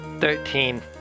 Thirteen